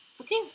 Okay